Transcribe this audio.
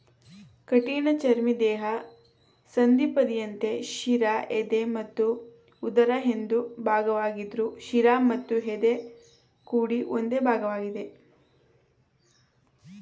ಕಠಿಣಚರ್ಮಿ ದೇಹ ಸಂಧಿಪದಿಯಂತೆ ಶಿರ ಎದೆ ಮತ್ತು ಉದರ ಎಂದು ಭಾಗವಾಗಿದ್ರು ಶಿರ ಮತ್ತು ಎದೆ ಕೂಡಿ ಒಂದೇ ಭಾಗವಾಗಿದೆ